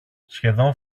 σχεδόν